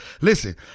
Listen